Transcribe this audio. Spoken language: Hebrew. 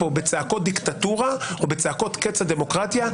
בצעקות "דיקטטורה" או בצעקות "קץ הדמוקרטיה",